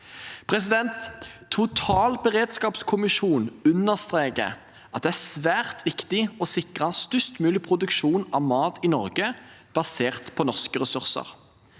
landet. Totalberedskapskommisjonen understreker at det er svært viktig å sikre størst mulig produksjon av mat i Norge basert på norske ressurser.